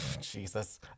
Jesus